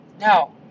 Now